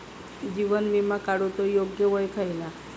जीवन विमा काडूचा योग्य वय खयला?